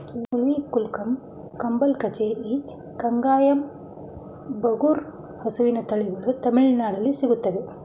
ಪುಲಿಕುಲಂ, ಅಂಬ್ಲಚೇರಿ, ಕಂಗಾಯಂ, ಬರಗೂರು ಹಸುವಿನ ತಳಿಗಳು ತಮಿಳುನಾಡಲ್ಲಿ ಸಿಗುತ್ತವೆ